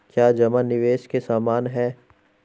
क्या जमा निवेश के समान है?